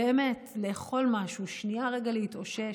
באמת, לאכול משהו, שנייה רגע להתאושש.